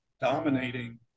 dominating